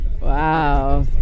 wow